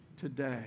Today